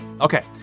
Okay